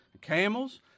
camels